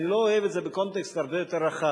אני לא אוהב את זה בקונטקסט הרבה יותר רחב.